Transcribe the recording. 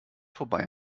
vorbei